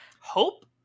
hope